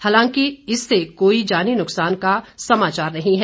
हालांकि फिलहाल इससे कोई जानी नुकसान का समाचार नहीं है